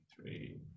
three